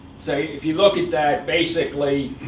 so if you look at that, basically,